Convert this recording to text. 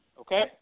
okay